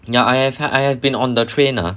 ya I I've I have been on the train lah